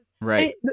Right